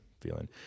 feeling